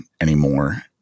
anymore